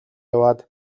яваад